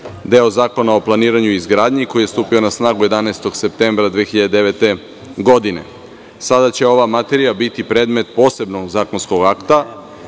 deo Zakona o planiranju i izgradnji koji je stupio na snagu 11. septembra 2009. godine. Sada će ova materija biti predmet posebnog zakonskog akta